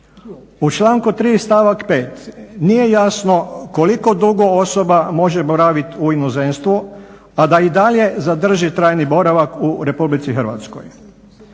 U članku 3. stavak 5. nije jasno koliko dugo osoba može boravit u inozemstvu, a da i dalje zadrži trajni boravak u Republici Hrvatskoj.